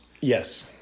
Yes